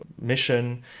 mission